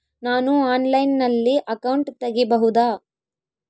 ನಾನು ಆನ್ಲೈನಲ್ಲಿ ಅಕೌಂಟ್ ತೆಗಿಬಹುದಾ?